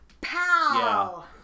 Pow